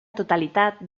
totalitat